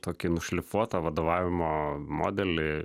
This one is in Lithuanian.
tokį nušlifuotą vadovavimo modelį